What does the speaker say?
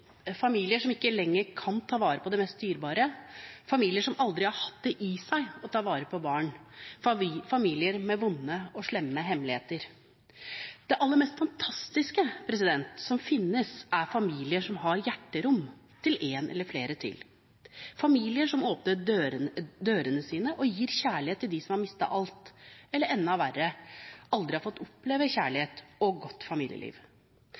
familier som ikke lenger kan ta vare på det mest dyrebare, familier som aldri har hatt det i seg å ta vare på barn, familier med vonde og slemme hemmeligheter. Det aller mest fantastiske som finnes, er familier som har hjerterom til én eller flere til, familier som åpner dørene sine og gir kjærlighet til dem som har mistet alt, eller – enda verre – aldri har fått oppleve kjærlighet og godt familieliv.